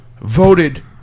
voted